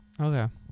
Okay